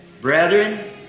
Brethren